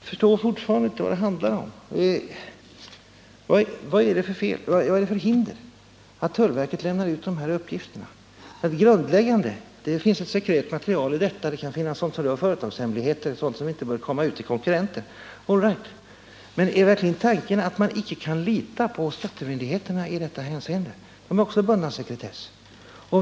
Herr talman! Jag förstår fortfarande inte vad det handlar om. Vad är det som hindrar att tullverket lämnar ut de här uppgifterna? Det finns ett sekret material i detta, och det kan finnas sådant som är företagshemligheter och som inte bör komma ut till konkurrenter — all right. Men är verkligen tanken att man inte kan lita på skattemyndigheterna i detta hänseende? De är ju också bundna av sekretess.